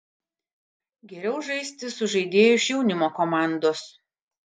geriau žaisti su žaidėju iš jaunimo komandos